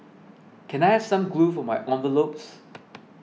can I have some glue for my envelopes